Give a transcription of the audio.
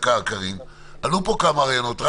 עלו פה כמה רעיונות,